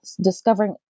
discovering